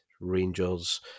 Rangers